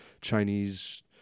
Chinese